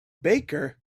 baker